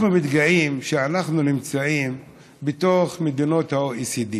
אנחנו מתגאים שאנחנו נמצאים בתוך מדינות ה-OECD.